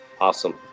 Awesome